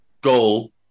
goal